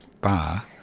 bar